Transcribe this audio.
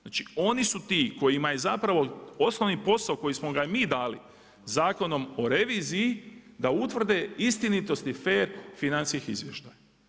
Znači oni su ti kojima je zapravo osnovni posao koji smo ga mi dali Zakonom o reviziji, da utvrde istinitost i fer financijskih izvještaja.